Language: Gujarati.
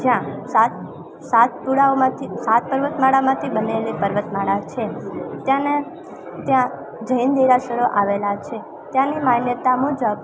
જ્યાં સાત સાત પુડાઓમાંથી સાત પર્વતમાળામાંથી બનેલી પર્વતમાળા છે ત્યાંના ત્યાં જૈન દેરાસરો આવેલા છે ત્યાંની માન્યતા મુજબ